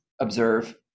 observe